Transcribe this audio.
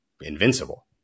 invincible